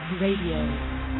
Radio